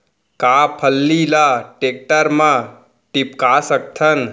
का फल्ली ल टेकटर म टिपका सकथन?